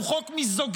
הוא חוק מיזוגיני,